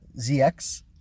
ZX